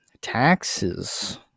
taxes